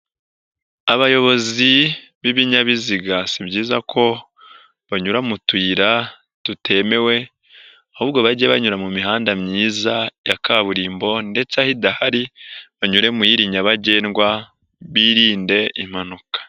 Abayobozi b'ibinyabiziga si byiza ko banyura mu tuyira tutemewe ahubwo bajye banyura mu mihanda myiza ya kaburimbo ndetse aho idahari banyure mu y'iri nyabagendwa, birinde impanuka.